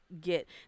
get